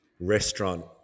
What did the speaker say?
Restaurant